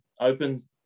opens